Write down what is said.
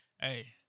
hey